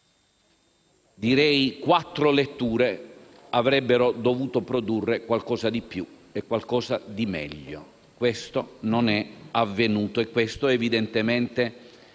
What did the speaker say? che quattro letture avrebbero dovuto produrre qualcosa di più e qualcosa di meglio, ma questo non è avvenuto e questo evidentemente